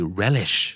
relish